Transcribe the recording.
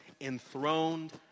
enthroned